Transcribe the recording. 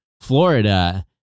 Florida